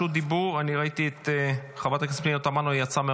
רשות דיבור, אני ראיתי את חברת הכנסת פנינה תמנו.